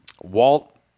Walt